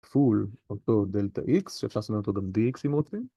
full אותו delta x שאפשר לעשות אותו גם dx אם רוצים